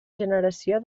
generació